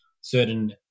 certain